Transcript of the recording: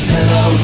Hello